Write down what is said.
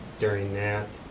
during that,